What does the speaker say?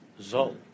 Zol